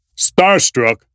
Starstruck